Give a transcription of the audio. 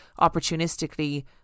opportunistically